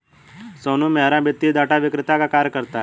सोनू मेहरा वित्तीय डाटा विक्रेता का कार्य करता है